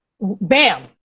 Bam